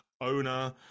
owner